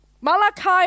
Malachi